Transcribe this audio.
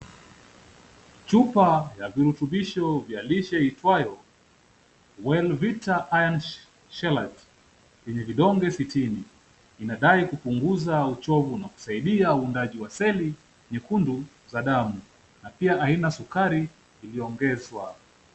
Chupa ya virutubisho vya lishe iitwayo Well-Vita-Iron Shellite , yenye vidonge sitini, inadai kupunguza uchovu na kusaidia undaji wa seli nyekundu za damu, na pia haina sukari vimeongezwa.